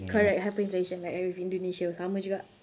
correct hyperinflation like of indonesia sama juga